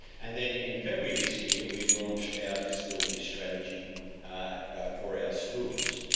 and then in february this year we launched our disability strategy for our schools.